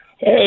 Hey